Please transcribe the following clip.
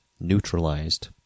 neutralized